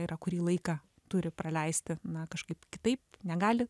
yra kurį laiką turi praleisti na kažkaip kitaip negali